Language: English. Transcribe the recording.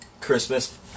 Christmas